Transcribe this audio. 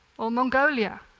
or mongolia,